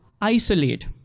isolate